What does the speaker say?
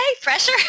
Pressure